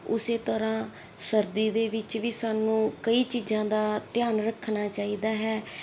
ਉਸੇ ਤਰ੍ਹਾਂ ਸਰਦੀ ਦੇ ਵਿੱਚ ਵੀ ਸਾਨੂੰ ਕਈ ਚੀਜ਼ਾਂ ਦਾ ਧਿਆਨ ਰੱਖਣਾ ਚਾਹੀਦਾ ਹੈ